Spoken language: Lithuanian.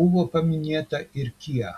buvo paminėta ir kia